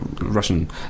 Russian